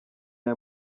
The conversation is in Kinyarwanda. aya